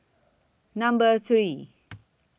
Number three